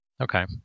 Okay